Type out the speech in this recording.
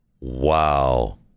wow